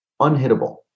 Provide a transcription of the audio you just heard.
unhittable